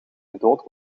gedood